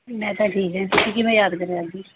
ਮੈਂ ਤਾਂ ਠੀਕ ਹੈ ਤੁਸੀਂ ਕਿਵੇਂ ਯਾਦ ਕਰਿਆ ਅੱਜ